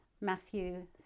Matthew